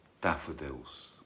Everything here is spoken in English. Daffodils